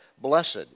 blessed